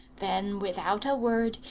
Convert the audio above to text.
then, without a word,